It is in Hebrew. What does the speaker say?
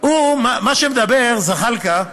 מה שאומר זחאלקה,